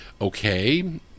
Okay